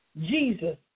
Jesus